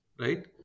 right